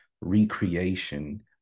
recreation